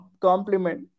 compliment